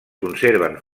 conserven